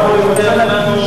הבטיח לנו,